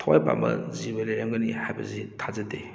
ꯊꯋꯥꯏ ꯄꯥꯟꯕ ꯖꯤꯕ ꯂꯩꯔꯝꯒꯅꯤ ꯍꯥꯏꯕꯁꯤ ꯊꯥꯖꯗꯦ